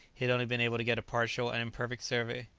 he had only been able to get a partial and imperfect survey.